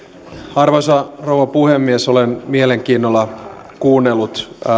arvoisa rouva puhemies olen mielenkiinnolla kuunnellut